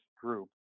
group